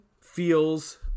feels